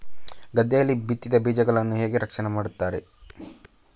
ಗದ್ದೆಯಲ್ಲಿ ಬಿತ್ತಿದ ಬೀಜಗಳನ್ನು ಹೇಗೆ ರಕ್ಷಣೆ ಮಾಡುತ್ತಾರೆ?